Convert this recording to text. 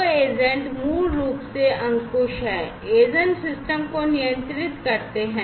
तो एजेंट मूल रूप से अंकुश हैं एजेंट सिस्टम को नियंत्रित करते हैं